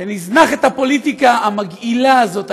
שנזנח את הפוליטיקה המגעילה הזאת,